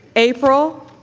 april.